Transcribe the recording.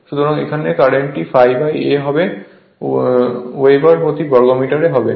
সুতরাং এখানে কারেন্টটি ∅ a ওয়েবার প্রতি বর্গ মিটারে হবে